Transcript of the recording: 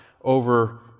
over